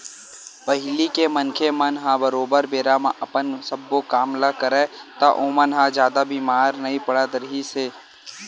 पहिली के मनखे मन ह बरोबर बेरा म अपन सब्बो काम ल करय ता ओमन ह जादा बीमार नइ पड़त रिहिस हे